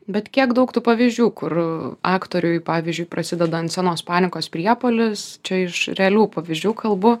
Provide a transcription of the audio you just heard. bet kiek daug tų pavyzdžių kur aktoriui pavyzdžiui prasideda ant scenos panikos priepuolis čia iš realių pavyzdžių kalbu